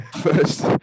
first